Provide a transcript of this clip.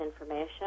information